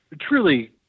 truly